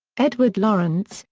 edward lorenz,